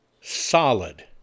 solid